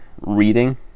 Reading